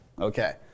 Okay